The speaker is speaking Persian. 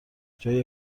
جای